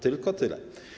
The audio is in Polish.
Tylko tyle.